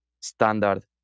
standard